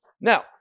Now